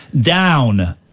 down